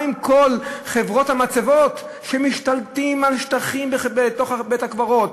מה עם כל חברות המצבות שמשתלטות על שטחים בתוך בית-הקברות?